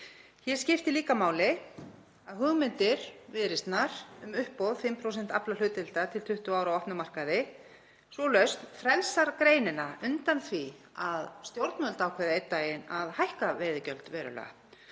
Hér skipta líka máli hugmyndir Viðreisnar um uppboð 5% aflahlutdeilda til 20 ára á opnum markaði, sú lausn frelsar greinina undan því að stjórnvöld ákveði einn daginn að hækka veiðigjöld verulega